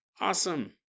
awesome